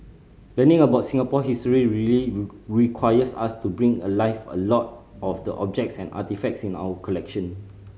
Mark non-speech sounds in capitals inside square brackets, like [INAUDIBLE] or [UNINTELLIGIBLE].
learning about Singapore history really [UNINTELLIGIBLE] requires us to bring alive a lot of the objects and artefacts in our collection